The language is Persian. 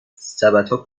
سبدها